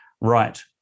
right